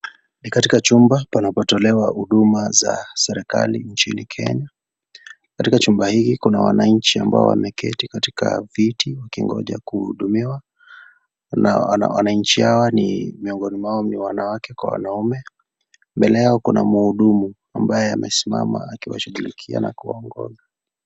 Ni katika chumba panapo tolewa huduma za serikali nchini Kenya, katika chumba hii kuna wananchi ambao wameketi katika viti wakingoja kuhudumiwa na wananchi hawa ni miongoni mwao ni wanawake kwa wanaume, mbele yao kuna mhudumu ambaye amesimama akiwashughulikia na kuwaongoza.